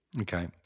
okay